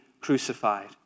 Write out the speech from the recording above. crucified